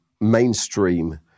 mainstream